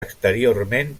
exteriorment